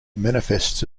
manifests